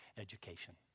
education